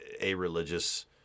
a-religious